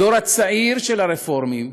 הדור הצעיר של הרפורמים,